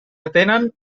atenen